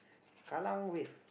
Kallang Wave